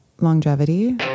longevity